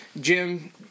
Jim